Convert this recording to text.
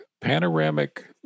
Panoramic